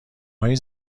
های